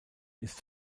ist